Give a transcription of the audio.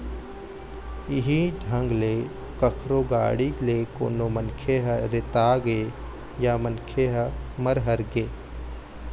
इहीं ढंग ले कखरो गाड़ी ले कोनो मनखे ह रेतागे या मनखे ह मर हर गे